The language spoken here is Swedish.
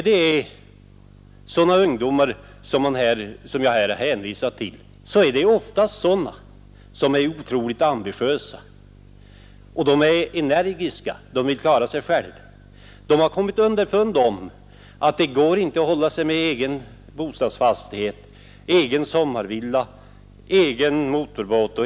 De ungdomar som det här gäller är oftast mycket ambitiösa och energiska. De vill klara sig själva. Och de har kommit underfund med att det inte går att hålla sig med egen bostadsfastighet, sommarvilla, bil och motorbåt.